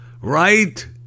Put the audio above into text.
Right